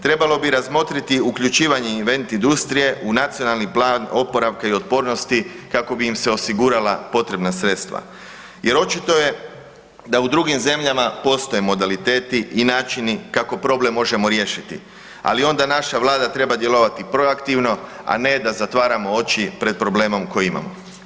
Trebalo bi razmotriti uključivanje event industrije u Nacionalni plan oporavka i otpornosti kako bi im se osigurala potrebna sredstava jer očito je da u drugim zemljama postoje modaliteti i načini kako problem možemo riješiti, ali onda naša Vlada treba djelovati proaktivno, a ne da zatvaramo oči pred problemom koji imamo.